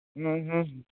ᱦᱩᱸ ᱦᱩᱸ